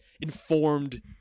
informed